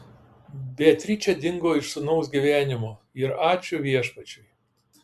beatričė dingo iš sūnaus gyvenimo ir ačiū viešpačiui